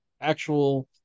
actual